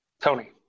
Tony